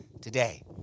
today